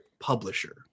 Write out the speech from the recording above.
publisher